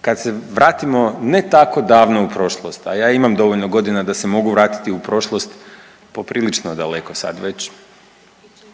Kad se vratimo ne tako davno u prošlost, a ja imam dovoljno godina da se mogu vratiti u prošlost poprilično daleko sad već,